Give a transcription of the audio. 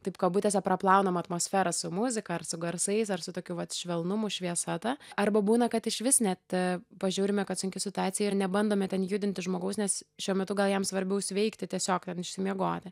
taip kabutėse praplaunam atmosferą su muzika ar su garsais ar su tokiu vat švelnumu šviesa ta arba būna kad išvis net pažiūrime kad sunki situacija ir nebandome ten judinti žmogaus nes šiuo metu gal jam svarbiau sveikti tiesiog išsimiegoti